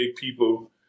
people